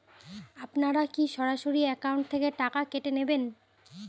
আপনারা কী সরাসরি একাউন্ট থেকে টাকা কেটে নেবেন?